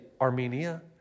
Armenia